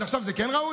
אז עכשיו זה כן ראוי?